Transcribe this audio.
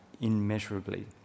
immeasurably